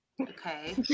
okay